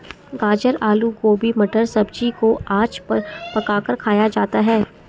गाजर आलू गोभी मटर सब्जी को आँच पर पकाकर खाया जाता है